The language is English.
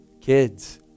kids